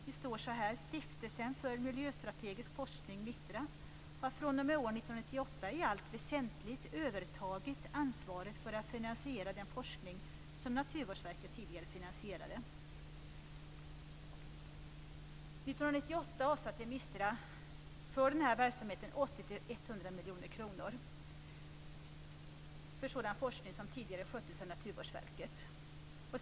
Det står att Stiftelsen för miljöstrategisk forskning, MISTRA, fr.o.m. år 1998 i allt väsentligt övertagit ansvaret för att finansiera den forskning som MISTRA 80-100 miljoner kronor för sådan forskning som tidigare skötts av Naturvårdsverket.